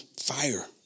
fire